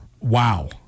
Wow